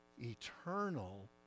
Eternal